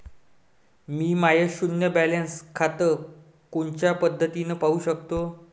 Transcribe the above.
मी माय शुन्य बॅलन्स खातं कोनच्या पद्धतीनं पाहू शकतो?